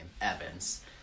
Evans